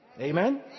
Amen